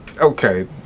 okay